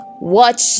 watch